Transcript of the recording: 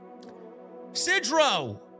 Sidro